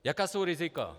Jaká jsou rizika?